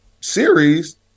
Series